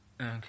Okay